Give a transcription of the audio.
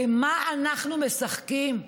במה אנחנו משחקים?